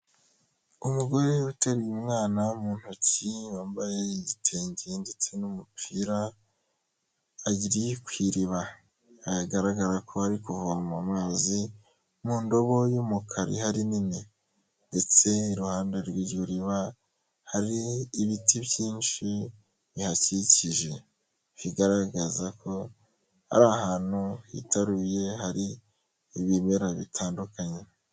Umugore uteruye umwana mu ntoki wambaye igitenge ndetse n'umupira ari kw’iriba bigaragara ko ari kuvoma amazi mu ndobo y'umukara ihari nini ndetse iruhande rwe rwiryo riba hari ibiti byinshi bihakikije bigaragaza ko ari ahantu hitaruye hari ibimera bitandukanye.